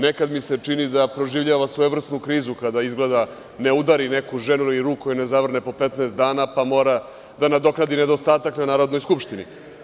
Nekad mi se čini da proživljava svojevrsnu krizu kada izgleda ne udari neku ženu ili joj ruku ne zavrne po 15 dana, pa mora da nadoknadi nedostatak na Narodnoj skupštini.